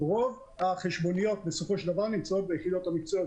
רוב החשבוניות נמצאות ביחידות המקצועיות.